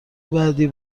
بعدی